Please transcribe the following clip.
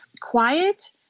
quiet